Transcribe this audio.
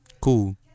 Cool